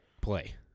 play